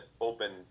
open